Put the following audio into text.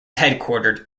headquartered